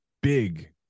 big